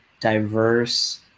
diverse